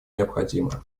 необходима